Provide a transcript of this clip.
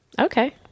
Okay